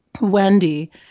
Wendy